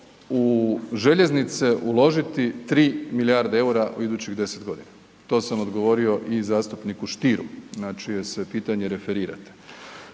u željeznice uložiti 3 milijarde EUR-a u idućih 10 godina. To sam odgovorio i zastupniku Stieru na čije se pitanje referirate.